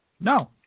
no